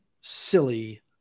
silly